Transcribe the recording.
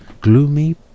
gloomy